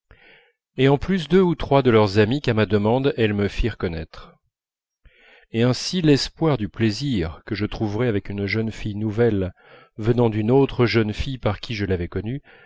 et en plus deux ou trois de leurs amies qu'à ma demande elles me firent connaître et ainsi l'espoir du plaisir que je retrouverais avec une jeune fille nouvelle venant d'une autre jeune fille par qui je l'avais connue